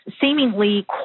seemingly